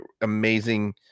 amazing